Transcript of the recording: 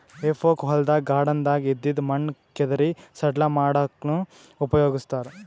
ಹೆಫೋಕ್ ಹೊಲ್ದಾಗ್ ಗಾರ್ಡನ್ದಾಗ್ ಇದ್ದಿದ್ ಮಣ್ಣ್ ಕೆದರಿ ಸಡ್ಲ ಮಾಡಲ್ಲಕ್ಕನೂ ಉಪಯೊಗಸ್ತಾರ್